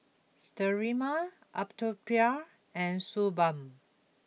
Sterimar Atopiclair and Suu Balm